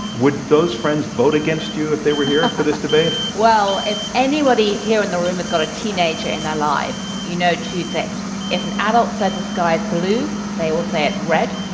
would those friends vote against you if they were here for this debate? well, if anybody here in the room has got a teenager in their lives, you know two things. first, if an adult said the sky is blue they all say it's red.